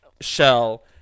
shell